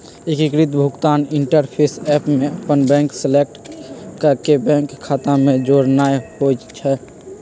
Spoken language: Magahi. एकीकृत भुगतान इंटरफ़ेस ऐप में अप्पन बैंक सेलेक्ट क के बैंक खता के जोड़नाइ होइ छइ